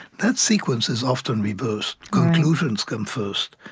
that sequence is often reversed. conclusions come first,